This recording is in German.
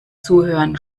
zuhören